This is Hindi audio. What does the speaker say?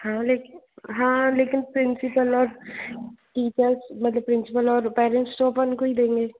हाँ लेकिन हाँ लेकिन प्रिंसिपल और टीचर्स मतलब प्रिंसपल और पैरेंट्स तो अपन को ही देंगे